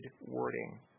wording